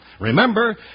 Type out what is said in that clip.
Remember